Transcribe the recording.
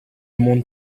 monde